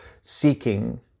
seeking